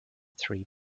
three